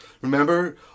Remember